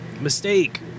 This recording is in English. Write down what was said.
Mistake